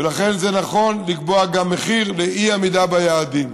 ולכן, זה נכון לקבוע מחיר גם לאי-עמידה ביעדים.